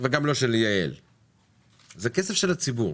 וגם לא של יעל, זה כסף של הציבור.